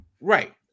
Right